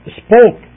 spoke